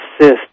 assist